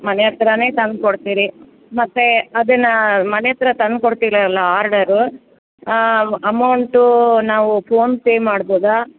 ಮನೆ ಹತ್ತಿರಾನೆ ತಂದು ಕೊಡ್ತಿರಿ ಮತ್ತೆ ಅದನ್ನು ಮನೆ ಹತ್ತಿರ ತಂದು ಕೊಡ್ತಿರಲ್ಲ ಆರ್ಡರು ಅಮೌಂಟು ನಾವು ಫೋನ್ಪೇ ಮಾಡ್ಬೌದಾ